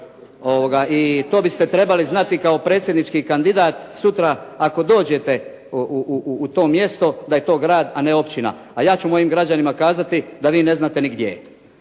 I to biste trebali znati kao predsjednički kandidat sutra, ako dođete u to mjesto da je to grad, a ne općina. A ja ću mojim građanima kazati da vi ne znate ni gdje